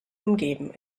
umgeben